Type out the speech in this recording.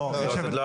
לא.